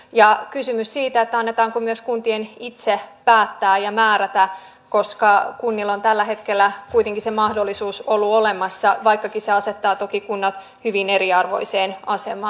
ja kysyn myös siitä annetaanko myös kuntien itse päättää ja määrätä koska kunnilla on tällä hetkellä kuitenkin se mahdollisuus ollut olemassa vaikkakin se asettaa toki kunnat hyvin eriarvoiseen asemaan